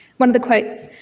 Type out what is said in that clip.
one of the quotes,